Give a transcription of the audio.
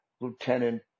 Lieutenant